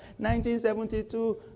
1972